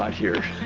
um here.